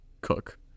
Cook